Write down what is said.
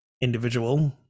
individual